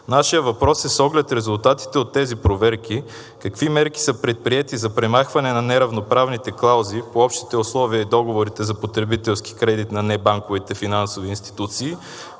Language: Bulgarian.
нашият въпрос е с оглед резултатите от тези проверки: какви мерки са предприети за премахване на неравноправните клаузи по общите условия и договорите за потребителски кредит на небанковите финансови институции,